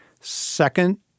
Second